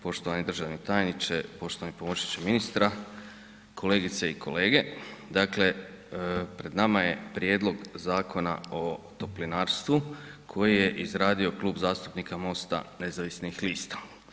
Poštovani državni tajniče, poštovani pomoćniče ministra, kolegice i kolege, dakle pred nama je Prijedlog Zakona o toplinarstvu koji je izradio Klub zastupnika MOST-a nezavisnih lista.